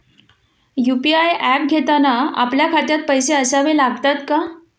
UPI app घेताना आपल्या खात्यात पैसे असावे लागतात का?